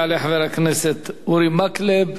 יעלה חבר הכנסת אורי מקלב,